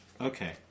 Okay